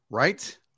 Right